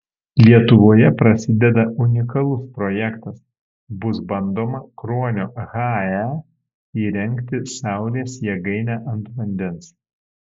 lietuvoje prasideda unikalus projektas bus bandoma kruonio hae įrengti saulės jėgainę ant vandens